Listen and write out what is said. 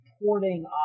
reporting